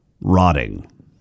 rotting